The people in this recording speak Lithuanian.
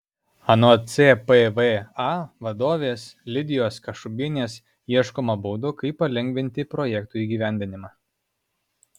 anot cpva vadovės lidijos kašubienės ieškoma būdų kaip palengvinti projektų įgyvendinimą